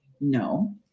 no